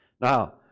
Now